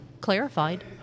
clarified